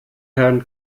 herrn